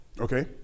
Okay